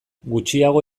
gutxiago